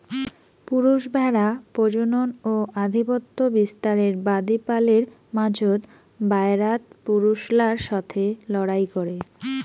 পুরুষ ভ্যাড়া প্রজনন ও আধিপত্য বিস্তারের বাদী পালের মাঝোত, বায়রাত পুরুষলার সথে লড়াই করে